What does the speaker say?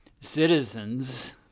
citizens